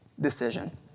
decision